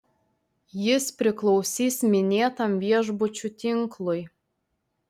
jis priklausys minėtam viešbučių tinklui